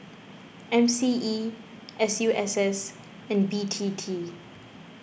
M C E S U S S and B T T